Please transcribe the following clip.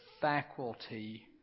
faculty